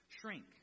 shrink